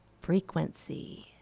frequency